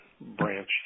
branch